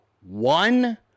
One